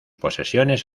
posesiones